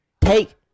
take